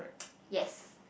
yes